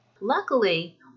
Luckily